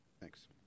Thanks